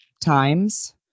times